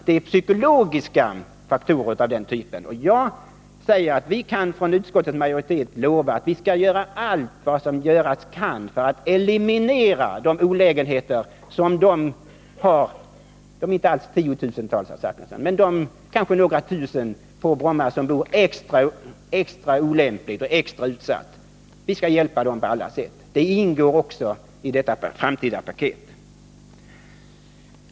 Det är psykologiska faktorer som gör att de blir störda. Jag kan säga att vi från utskottets majoritet lovar att vi skall göra allt vad som göras kan för att eliminera olägenheterna för de — inte alls tiotusentals, herr Zachrisson — kanske några tusen på Bromma som bor extra olämpligt och är extra utsatta. Vi skall hjälpa dem på alla sätt. Det ingår också i det framtida paketet.